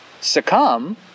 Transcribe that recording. succumb